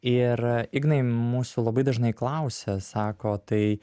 ir ignai mūsų labai dažnai klausia sako tai